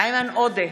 איימן עודה,